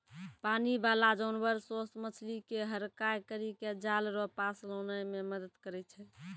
पानी बाला जानवर सोस मछली के हड़काय करी के जाल रो पास लानै मे मदद करै छै